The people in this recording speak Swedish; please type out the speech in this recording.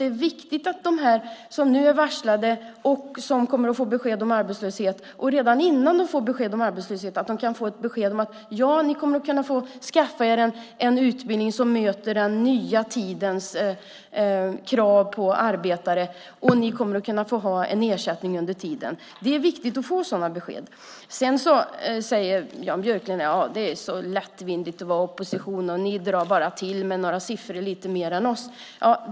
Det är viktigt att de som nu är varslade och som kommer att få besked om arbetslöshet, och redan innan de får besked om arbetslöshet, får ett besked om att de kan skaffa sig en utbildning för att möta den nya tidens krav på arbetare. Ni kommer att kunna få en ersättning under tiden. Det är viktigt att få sådana besked. Sedan säger Björklund att det är så lättvindigt att vara i opposition, ni drar bara till med lite högre siffror.